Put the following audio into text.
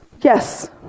Yes